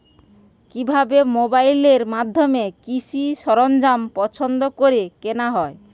কিভাবে মোবাইলের মাধ্যমে কৃষি সরঞ্জাম পছন্দ করে কেনা হয়?